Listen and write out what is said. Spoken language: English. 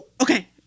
Okay